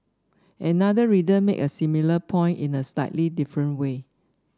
another reader made a similar point in a slightly different way